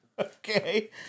Okay